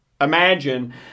imagine